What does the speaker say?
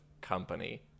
company